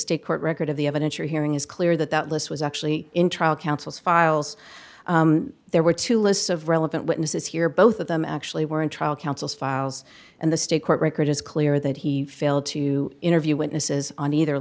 state court record of the evidence you're hearing is clear that that list was actually in trial counsel's files there were two lists of relevant witnesses here both of them actually were in trial counsel's files and the state court record is clear that he failed to interview witnesses on either